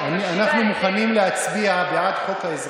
זאת הסיבה שאנחנו לא יכולים להצביע איתכם בעד החוק,